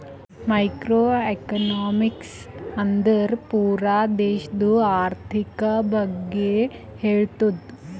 macro economics ಅಂದುರ್ ಪೂರಾ ದೇಶದು ಆರ್ಥಿಕ್ ಬಗ್ಗೆ ಹೇಳ್ತುದ